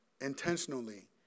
intentionally